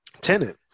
tenant